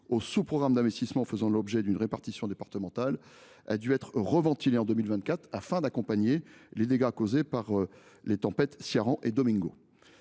au sous programme d’investissement faisant l’objet d’une répartition départementale, a dû être reventilée en 2024 afin d’accompagner les dégâts causés par les tempêtes Ciarán et Domingos.